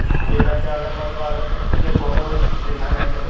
इ बैक के आवेदन पत्र पर आवेदक के फोटो दिखाई नइखे देत